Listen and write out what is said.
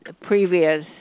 previous